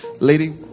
lady